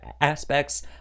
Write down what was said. aspects